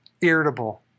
irritable